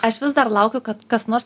aš vis dar laukiu kad kas nors